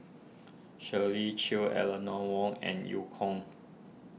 Shirley Chew Eleanor Wong and Eu Kong